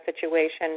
situation